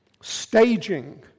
staging